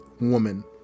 woman